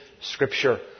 Scripture